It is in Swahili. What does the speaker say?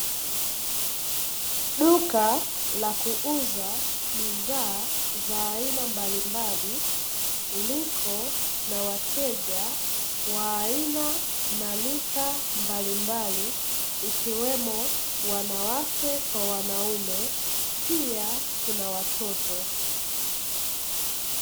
Duka la kuuza bidhaa za aina mbalimbali, liko na wateja wa aina na rika mbalimbali ikiwemo wanawake kwa wanaume; pia kuna watoto.